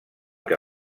que